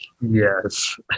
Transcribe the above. Yes